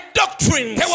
doctrines